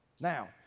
Now